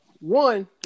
one